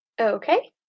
Okay